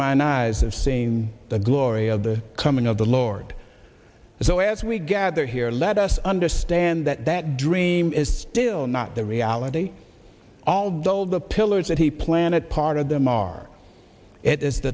mine eyes have seen the glory of the coming of the lord so as we gather here let us understand that that dream is still not the reality all dolled the pillars that he planted part of them are